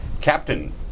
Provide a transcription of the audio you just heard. Captain